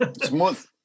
smooth